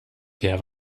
der